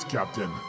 Captain